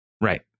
Right